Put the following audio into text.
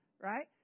Right